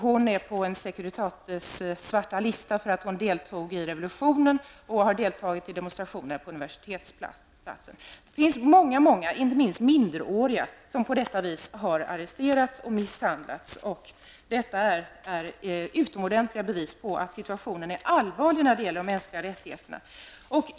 Hon är på Securitates svarta lista för att hon deltog i revolutionen och har deltagit i demonstrationer på Universitetsplatsen. Det finns många, inte minst minderåriga, som på detta vis har arresterats och misshandlats. Detta är utomordentliga bevis på att situationen när det gäller de mänskliga rättigheterna är allvarlig.